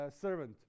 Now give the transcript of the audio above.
servant